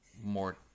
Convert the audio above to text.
more